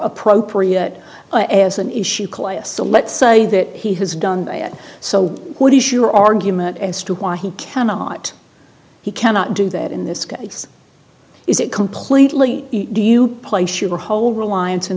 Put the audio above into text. appropriate as an issue so let's say that he has done so what is your argument as to why he cannot he cannot do that in this case is it completely do you place your whole reliance in